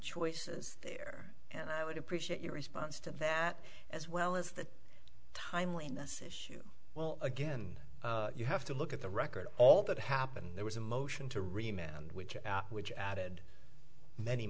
choices there and i would appreciate your response to that as well as the timeliness issue well again you have to look at the record all that happened there was a motion to remap and which which added many